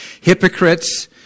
hypocrites